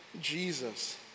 Jesus